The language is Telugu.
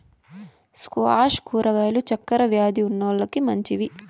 స్క్వాష్ కూరగాయలు చక్కర వ్యాది ఉన్నోలకి మంచివి